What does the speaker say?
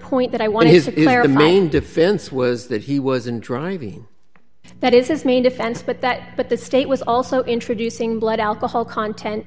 point that i want is that is your main defense was that he wasn't driving that is his main defense but that but the state was also introducing blood alcohol content